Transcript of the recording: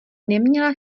neměla